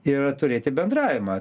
ir turėti bendravimą